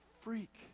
freak